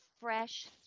fresh